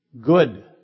Good